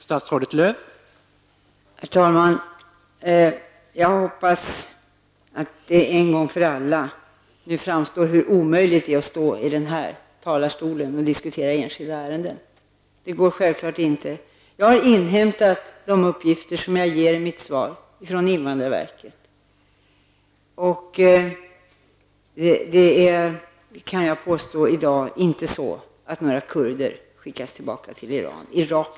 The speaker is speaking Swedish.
Herr talman! Jag hoppas att det nu en gång för alla framgår hur omöjligt det är att diskutera enskilda ärenden i den här talarstolen. Jag har inhämtat de uppgifter som jag ger i mitt svar från invandrarverket. Det är inte så, kan jag påstå, att några irakiska medborgare som är kurder i dag skickas tillbaka till Irak.